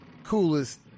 coolest